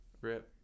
RIP